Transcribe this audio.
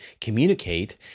communicate